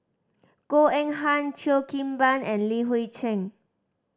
Goh Eng Han Cheo Kim Ban and Li Hui Cheng